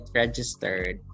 registered